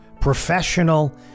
professional